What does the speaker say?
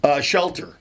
shelter